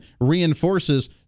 reinforces